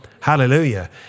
Hallelujah